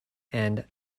and